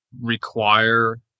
require